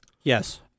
Yes